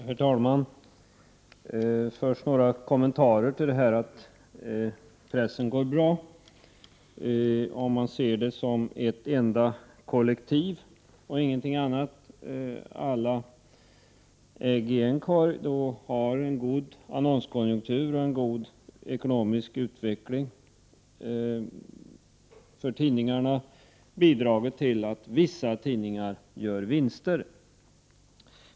Herr talman! Först vill jag något kommentera påståendet att pressen går bra. Om man ser pressen som ett kollektiv och ingenting annat, dvs. alla ägg i en korg, har en god annonskonjunktur och en god ekonomisk utveckling för tidningarna bidragit till att vissa tidningar gör vinster.